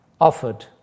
offered